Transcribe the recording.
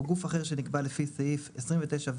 או גוף אחר שנקבע לפי סעיף 29/ו'/2/ב',